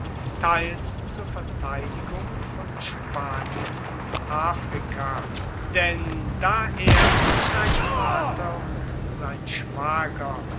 teils zur verteidigung von spanien und afrika denn da er wie sein vater und sein schwager